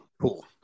Cool